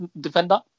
defender